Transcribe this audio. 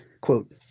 quote